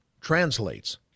translates